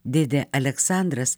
dėdė aleksandras